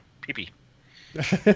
pee-pee